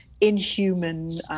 inhuman